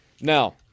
Now